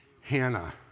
Hannah